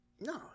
No